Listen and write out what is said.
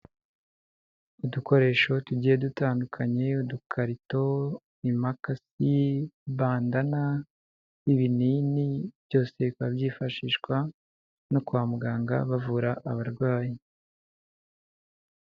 Udukoresho tugiye dutandukanye udukarito, imakasi, bandana, ibinini byose bikaba byifashishwa no kwa muganga bavura abarwayi.